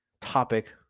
topic